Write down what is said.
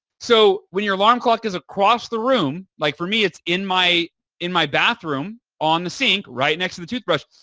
so, when your alarm clock is across the room like for me, it's in my in my bathroom on the sink right next to the toothbrush,